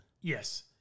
Yes